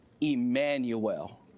Emmanuel